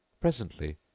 Presently